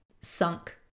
sunk